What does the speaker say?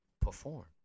perform